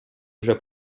вже